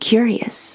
Curious